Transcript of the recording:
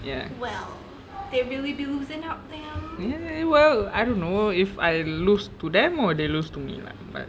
ya ya well I don't know if I lose to them or they lose to me lah but